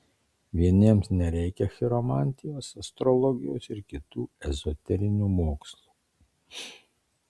vieniems nereikia chiromantijos astrologijos ir kitų ezoterinių mokslų